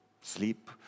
sleep